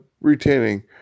retaining